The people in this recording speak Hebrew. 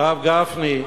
הרב גפני.